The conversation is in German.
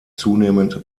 zunehmend